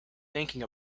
thinking